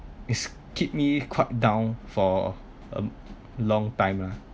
it kicks me quite down for a long time lah